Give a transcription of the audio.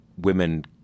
women